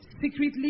secretly